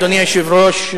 אדוני היושב-ראש,